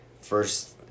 first